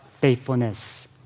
faithfulness